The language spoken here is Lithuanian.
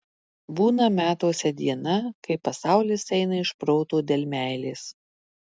būna metuose diena kai pasaulis eina iš proto dėl meilės